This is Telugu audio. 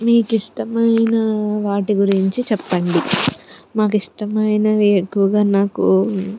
మీకు ఇష్టమైన వాటి గురించి చెప్పండి మాకు ఇష్టమైనవి ఎక్కువగా నాకు